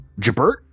jabert